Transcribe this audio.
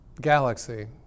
galaxy